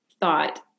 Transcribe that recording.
thought